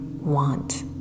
want